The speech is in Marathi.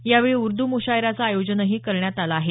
यावेळी उर्द मुशायराचं आयोजनही करण्यात आलं आहे